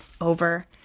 over